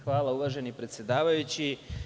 Hvala uvaženi predsedavajući.